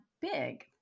big